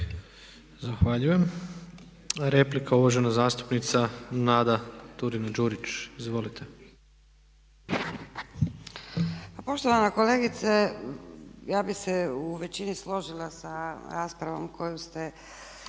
Zahvaljujem. Replika uvažena zastupnica Nada Turina-Đurić. Izvolite. **Turina-Đurić, Nada (HNS)** Pa poštovana kolegice ja bih se u većini složila sa raspravom koju ste